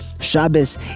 Shabbos